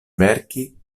verki